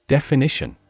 Definition